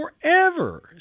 forever